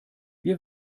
wir